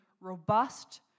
robust